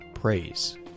Praise